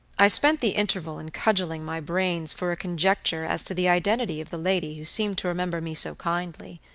i spent the interval in cudgeling my brains for a conjecture as to the identity of the lady who seemed to remember me so kindly,